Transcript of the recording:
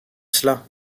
cela